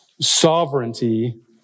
sovereignty